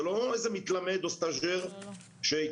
זה לא איזה מתלמד או סטאז'ר שהתחיל,